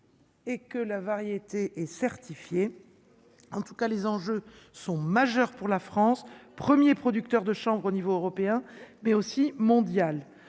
Et que la variété et certifiée. En tout cas, les enjeux sont majeurs pour la France 1er producteur de chambre au niveau européen mais aussi mondial,